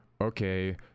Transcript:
okay